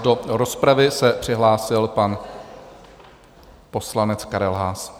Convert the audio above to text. Do rozpravy se přihlásil pan poslanec Karel Haas.